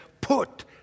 put